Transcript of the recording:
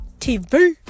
tv